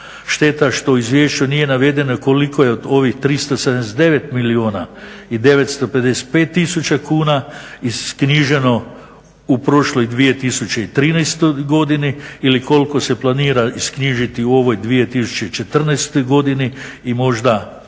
Šteta što u izvješću nije navedeno koliko je od ovih 379 milijuna i 955 tisuća kuna isknjiženo u prošloj 2013. godini ili koliko se planira isknjižiti u ovoj 2014. godini i možda